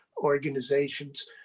organizations